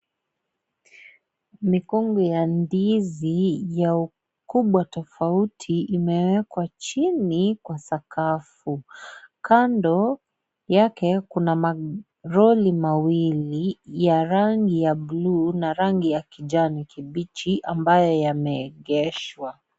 Mikongwe ya ndizi ya ukubwa tofauti imewekwa chini kwa sakafu. Kando yake kuna malori mawili ya rangi ya buluu na rangi ya kijani kibichi ambayo yameegeshwa.